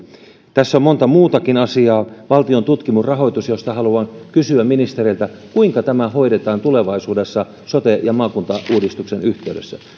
tässä on monta muutakin asiaa valtion tutkimusrahoitus josta haluan kysyä ministereiltä kuinka tämä hoidetaan tulevaisuudessa sote ja maakuntauudistuksen yhteydessä